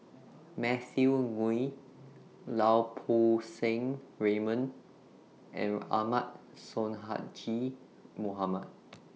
Matthew Ngui Lau Poo Seng Raymond and Ahmad Sonhadji Mohamad